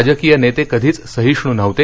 राजकीय नेते कधीच सहिष्णू नव्हते